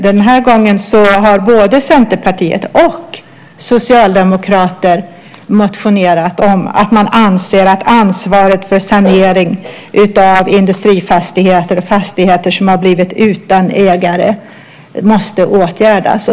Den har gången har både Centerpartiet och socialdemokrater i utskottet motionerat om att man anser att någon måste ta ansvaret för saneringen av industrifastigheter och fastigheter som har blivit utan ägare.